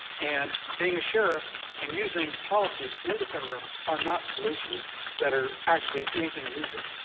and being a sheriff and using policies in the federal government are not solutions that are actually anything new here.